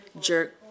jerk